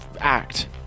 act